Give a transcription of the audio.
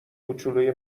کوچولوی